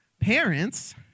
Parents